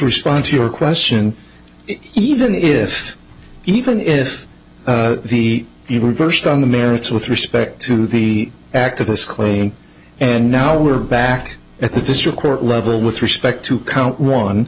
respond to your question even if even if he even reversed on the merits with respect to the activists claim and now we're back at the district court level with respect to count one